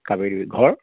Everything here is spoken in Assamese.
কাবেৰী ঘৰ